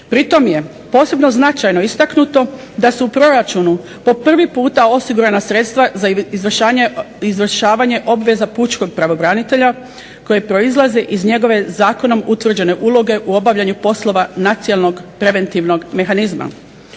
Pritom je posebno značajno istaknuto da su u proračunu po prvi puta osigurana sredstva za izvršavanje obveza pučkog pravobranitelja koja proizlaze iz njegove zakonom utvrđene uloge u obavljanju poslova nacionalnog preventivnog mehanizma.